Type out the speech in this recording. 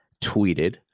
tweeted